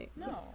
No